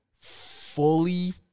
fully